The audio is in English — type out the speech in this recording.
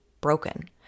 broken